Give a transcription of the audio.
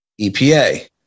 EPA